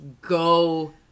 go